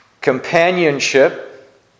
Companionship